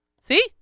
See